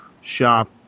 shop